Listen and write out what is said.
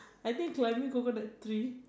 I think climbing confirm the tree